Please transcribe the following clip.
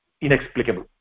inexplicable